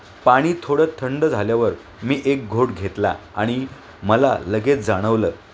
पाणी थोडं थंड झाल्यावर मी एक घोट घेतला आणि मला लगेच जाणवलं